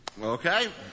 okay